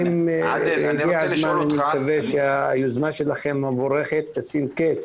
הגיע הזמן שהיוזמה המבורכת שלכם תשים קץ